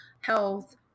health